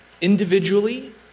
individually